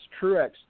Truex